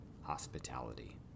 hospitality